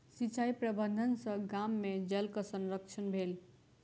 सिचाई प्रबंधन सॅ गाम में जलक संरक्षण भेल